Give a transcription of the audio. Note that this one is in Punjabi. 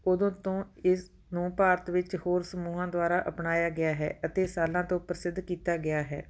ਉਦੋਂ ਤੋਂ ਇਸ ਨੂੰ ਭਾਰਤ ਵਿੱਚ ਹੋਰ ਸਮੂਹਾਂ ਦੁਆਰਾ ਅਪਣਾਇਆ ਗਿਆ ਹੈ ਅਤੇ ਸਾਲਾਂ ਤੋਂ ਪ੍ਰਸਿੱਧ ਕੀਤਾ ਗਿਆ ਹੈ